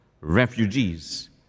refugees